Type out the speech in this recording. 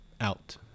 out